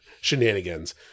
shenanigans